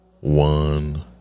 one